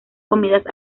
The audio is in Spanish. comidas